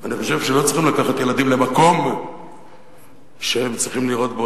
אני חושב שלא צריכים לקחת ילדים למקום שהם צריכים לראות בו,